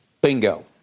Bingo